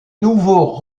nouveau